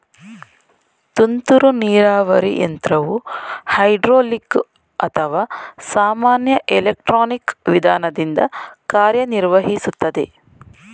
ತುಂತುರು ನೀರಾವರಿ ಯಂತ್ರವು ಹೈಡ್ರೋಲಿಕ್ ಅಥವಾ ಸಾಮಾನ್ಯ ಎಲೆಕ್ಟ್ರಾನಿಕ್ ವಿಧಾನದಿಂದ ಕಾರ್ಯನಿರ್ವಹಿಸುತ್ತದೆ